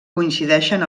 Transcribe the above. coincideixen